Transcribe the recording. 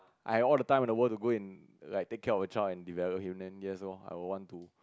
I have all the time in the world to go and like take care of the child and develop him then yes lor I would want to